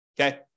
okay